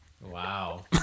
Wow